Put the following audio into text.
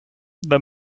the